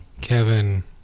Kevin